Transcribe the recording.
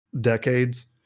decades